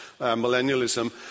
millennialism